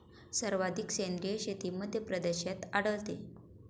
सर्वाधिक सेंद्रिय शेती मध्यप्रदेशात आढळते